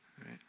right